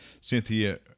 Cynthia